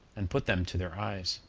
and put them to their eyes.